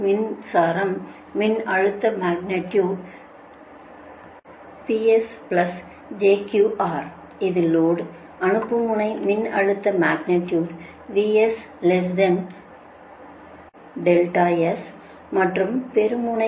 எனவே மின்சாரம் Ps jQR இது லோடு அனுப்பும் முனை மின்னழுத்த மக்னிடியுடு மற்றும் பெரும் முனை